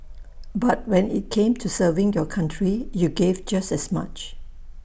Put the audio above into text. but when IT came to serving your country you gave just as much